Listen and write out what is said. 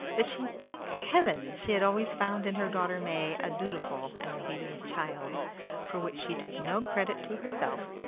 that she thanked heaven she had always found in her daughter may a dutiful and obedient child for which she took no credit to herself,